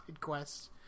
quest